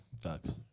Facts